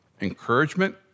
encouragement